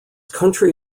country